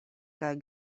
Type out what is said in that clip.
kaj